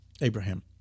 Abraham